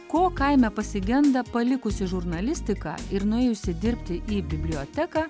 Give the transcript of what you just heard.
ko kaime pasigenda palikusi žurnalistiką ir nuėjusi dirbti į biblioteką